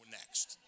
next